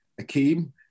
Akeem